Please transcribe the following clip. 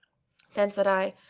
then said i,